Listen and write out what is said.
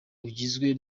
ugizwe